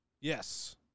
Yes